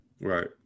Right